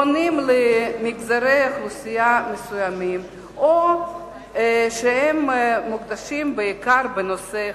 פונים למגזרי אוכלוסייה מסוימים או שהם מוקדשים בעיקר לנושא אחד.